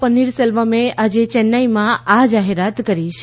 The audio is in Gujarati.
પન્નીર સેલ્વમે આજે ચેન્નાઇમાં આ જાહેરાત કરી છે